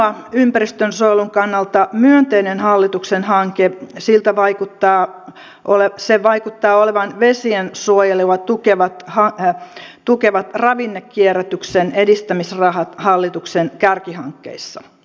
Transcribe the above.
ainoa ympäristönsuojelun kannalta myönteinen hallituksen hanke vaikuttaa olevan vesiensuojelua tukevat ravinnekierrätyksen edistämisrahat hallituksen kärkihankkeissa